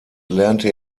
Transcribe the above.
lernte